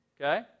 okay